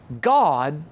God